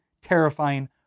terrifying